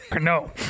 No